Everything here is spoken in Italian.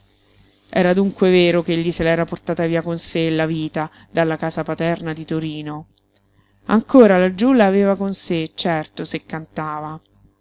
era dunque vero ch'egli se l'era portata via con sé la vita dalla casa paterna di torino ancora laggiú la aveva con sé certo se cantava